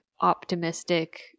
optimistic